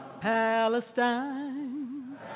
Palestine